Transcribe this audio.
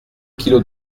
kilos